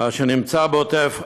אשר נמצא בעוטף עזה.